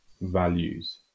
values